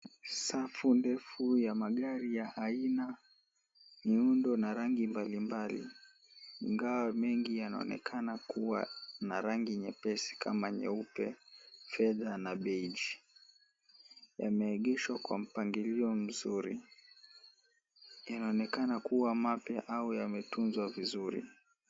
Safu ndefu ya magari ya aina, miundo na rangi mbalimbali, ingawa mengi yanaonekana kuwa na rangi nyepesi kama nyeupe, fedha na beige . Yameegeshwa kwa mpangilio vizuri. Yanaonekana kuwa mapya au yametunzwa vizuri.